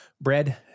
bread